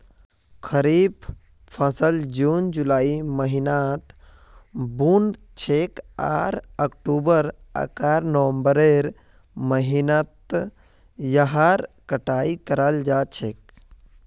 खरीफ फसल जून जुलाइर महीनात बु न छेक आर अक्टूबर आकर नवंबरेर महीनात यहार कटाई कराल जा छेक